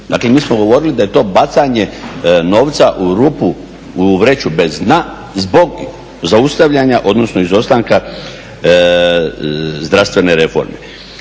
dakle mi smo govorili da je bacanje u vreću bez dna zbog zaustavljanja odnosno izostanka zdravstvene reforme.